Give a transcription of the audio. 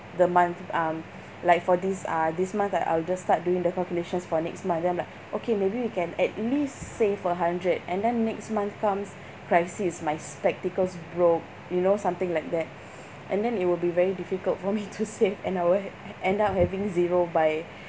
the month um like for this uh this month I I'll just start doing the calculations for next month then I'm like okay maybe we can at least save a hundred and then next month comes crisis my spectacles broke you know something like that and then it will be very difficult for me to save and I will end up having zero by